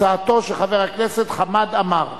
הצעתו של חבר הכנסת חמד עמאר.